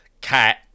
cat